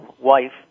wife